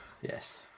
Yes